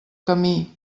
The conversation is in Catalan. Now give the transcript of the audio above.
camí